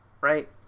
Right